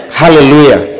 hallelujah